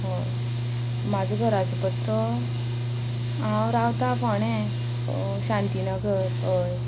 हय म्हाजो घराचो पत्तो हांव रावतां फोणे शांतीनगर हय